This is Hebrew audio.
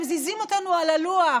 מזיזים אותנו על הלוח.